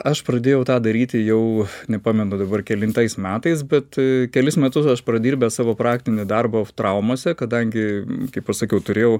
aš pradėjau tą daryti jau nepamenu dabar kelintais metais bet kelis metus aš pradirbęs savo praktinį darbą traumose kadangi kaip aš sakiau turėjau